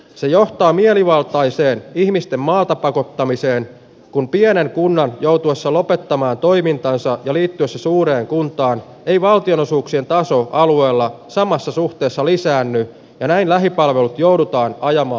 se johtaa mielivaltaiseen ihmisten maata pakottamiseen kun pienen kunnan joutuvansa lopettamaan toimintaansa liittyisi suureen kuntaan ei valtionosuuksien taso alueella samassa suhteessa lisäänny näin lähipalvelut joudutaan ajama